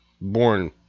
born